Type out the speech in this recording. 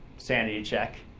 sanity check,